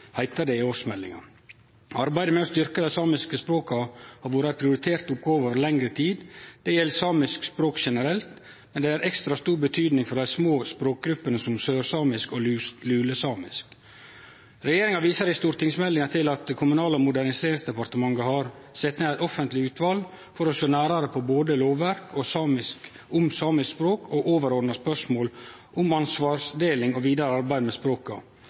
det i årsmeldinga. Arbeidet med å styrke dei samiske språka har vore ei prioritert oppgåve over lengre tid. Det gjeld samisk språk generelt, men det er av ekstra stor betyding for dei små språkgruppene som sørsamisk og lulesamisk. Regjeringa viser i stortingsmeldinga til at Kommunal- og moderniseringsdepartementet har sett ned eit offentleg utval for å sjå nærare på både lovverk om samisk språk og overordna spørsmål om ansvarsdeling og vidare arbeid med språka.